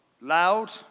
loud